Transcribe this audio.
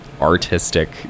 artistic